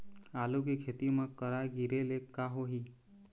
आलू के खेती म करा गिरेले का होही?